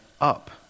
up